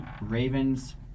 Ravens